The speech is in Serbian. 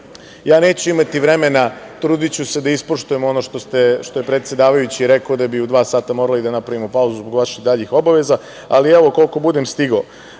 neću imati vremena, trudiću se da ispoštujem ono što je predsedavajući rekao, da bi u dva sata morali da napravimo pauzu, zbog vaših daljih obaveza, ali evo, koliko budem